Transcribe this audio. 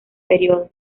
período